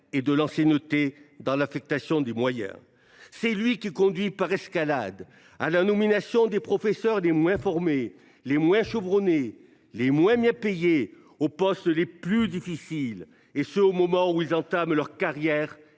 et de l’ancienneté dans l’affectation des moyens. C’est ce dernier système qui conduit, par escalade, à la nomination des professeurs les moins formés, les moins chevronnés, les moins bien payés, aux postes les plus difficiles, et ce au moment où ils entament leur carrière